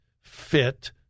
fit